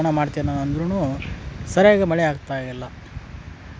ಮೂರ್ಸಲ ಬಾಂಡೆ ತಿಕ್ತಿನಿ ಮುಂಜಾಲೆ ಮದ್ನಾಣ